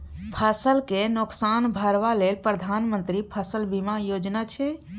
फसल केँ नोकसान भरबा लेल प्रधानमंत्री फसल बीमा योजना छै